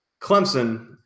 Clemson